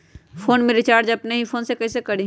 Phone में recharge अपने ही फ़ोन से कईसे करी?